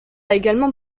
également